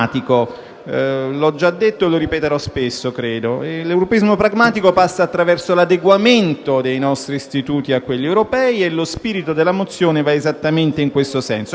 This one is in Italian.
Ho già detto e credo che ripeterò spesso che l'europeismo pragmatico passa attraverso l'adeguamento dei nostri istituti a quelli europei e lo spirito della mozione va esattamente in questo senso.